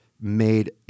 made